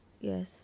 Yes